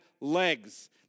legs